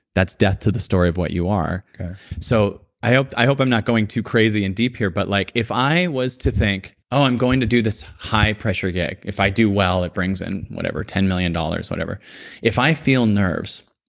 that's death to the story of what you are so, i hope i hope i'm not going too crazy and deep here, but like if i was to think, oh, i'm going to do this high pressure gig. if i do well, it brings in whatever, ten million dollars. if i feel nerves,